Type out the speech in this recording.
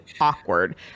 awkward